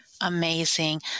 Amazing